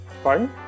Pardon